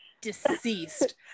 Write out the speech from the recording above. deceased